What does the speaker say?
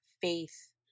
faith